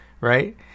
right